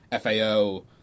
FAO